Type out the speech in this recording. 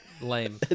lame